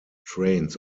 trains